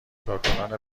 کارکنان